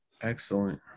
Excellent